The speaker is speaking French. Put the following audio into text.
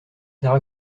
sert